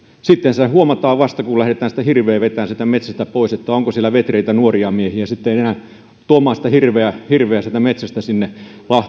sitten se huomataan vasta kun lähdetään sitä hirveä vetämään sieltä metsästä pois kun nähdään onko siellä vetreitä nuoria miehiä sitten enää tuomaan sitä hirveä hirveä sieltä metsästä sinne